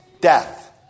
death